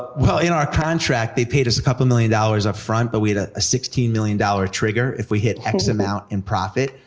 well, in our contract, they paid us a couple million dollars up front, but we had ah a sixteen million dollar trigger if we hit x amount in profit,